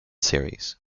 series